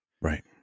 Right